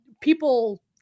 people